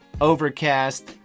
Overcast